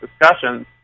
discussions